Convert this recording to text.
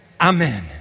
Amen